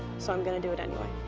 so i'm going to do it anyway.